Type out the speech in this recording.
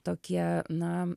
tokie na